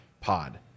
Pod